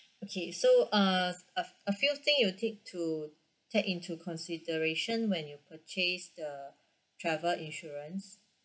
okay so uh a a few thing you take to take into consideration when you purchase the travel insurance